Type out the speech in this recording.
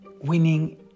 winning